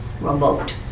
remote